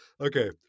Okay